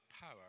power